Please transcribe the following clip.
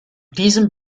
diesem